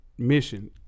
Mission